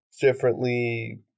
differently